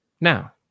now